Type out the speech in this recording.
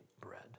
bread